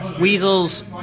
weasels